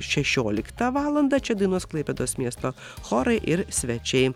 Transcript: šešioliktą valandą čia dainuos klaipėdos miesto chorai ir svečiai